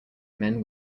men